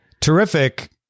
Terrific